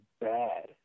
bad